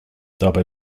dabei